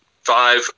five